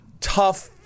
tough